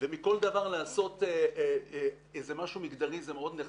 ומכל דבר לעשות איזה משהו מיגדרי זה מאוד נחמד.